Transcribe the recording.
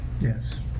Yes